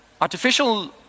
artificial